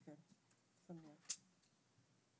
ועדת כלכלה לשבוע זה ומקדמים הצעה לקנות של רישוי